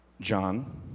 John